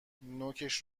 نوکش